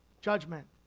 judgment